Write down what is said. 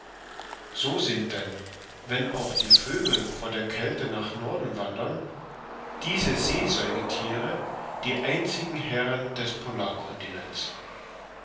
so sind denn wenn auch die vögel vor der kälte nach norden wandern diese seesäugethiere die einzigen herren des